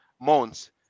months